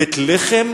בית-לחם,